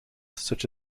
such